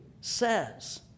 says